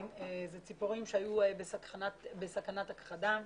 אלה ציפורים שהיו בסכנת הכחדה.